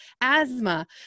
asthma